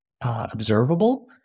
observable